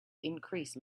increase